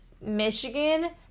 Michigan